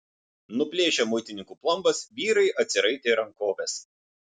nuplėšę muitininkų plombas vyrai atsiraitė rankoves